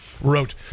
wrote